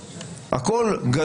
אין פה חקירות מורכבות.